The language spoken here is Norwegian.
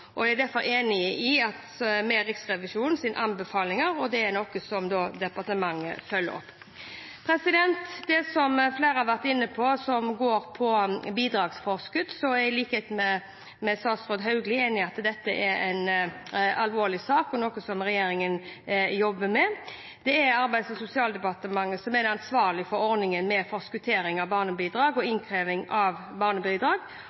er i hvert fall enig i Riksrevisjonens anbefalinger. Det er noe departementet følger opp. Det flere har vært inne på, som går på bidragsforskudd: Jeg er i likhet med statsråd Hauglie enig i at det er en alvorlig sak, og noe regjeringen jobber med. Det er Arbeids- og sosialdepartementet som er ansvarlig for ordningen med forskuttering av barnebidrag og innkreving av barnebidrag,